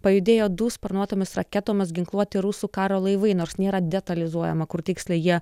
pajudėjo du sparnuotomis raketomis ginkluoti rusų karo laivai nors nėra detalizuojama kur tiksliai jie